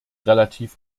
relativ